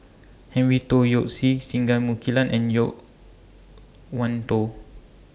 Henry Tan Yoke See Singai Mukilan and Yo Wan Tho